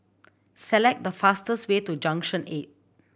select the fastest way to Junction Eight